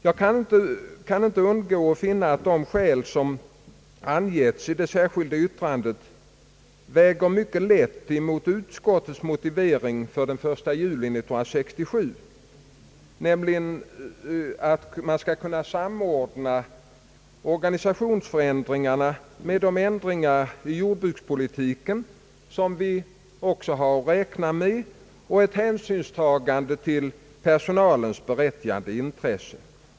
Jag kan inte undgå att finna att de skäl som har angetts i det särskilda yttrandet väger mycket lätt i jämförelse med utskottets motivering för ett genomförande av organisationen den 1 juli 1967, nämligen att man skulle kunna samordna organisationsförändringarna med de förändringar i jordbrukspolitiken som vi också har räknat med och ta hänsyn till personalens berättigade intresse.